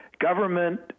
Government